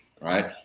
right